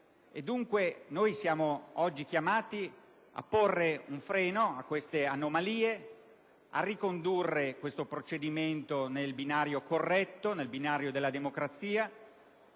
Dunque, siamo oggi chiamati a porre un freno a queste anomalie, a ricondurre questo procedimento nel binario corretto della democrazia.